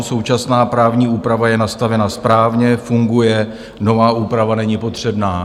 Současná právní úprava je nastavena správně, funguje, nová úprava není potřebná.